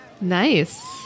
Nice